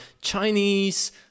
Chinese